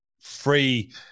free